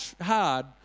hard